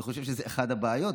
אני חושב שזו אחת הבעיות,